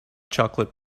chocolate